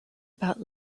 about